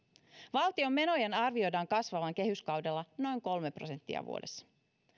valtion menojen arvioidaan kasvavan kehyskaudella noin kolme prosenttia vuodessa